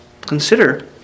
Consider